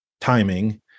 timing